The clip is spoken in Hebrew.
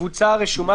קבוצה הרשומה